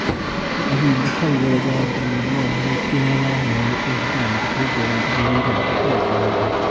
असेंगी गफ्फा बी बड़ा चाढ़दे न ओह् आखदे इक्कै गल्ल आखदे तुस फिरदे रोह्नदे चौवी घैंटे केह् करना